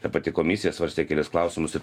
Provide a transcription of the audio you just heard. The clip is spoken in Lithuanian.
ta pati komisija svarstė kelis klausimus ir